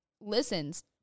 listens